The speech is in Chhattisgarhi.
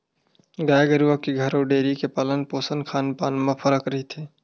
गाय गरुवा के घर अउ डेयरी के पालन पोसन खान पान म फरक रहिथे